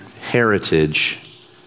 heritage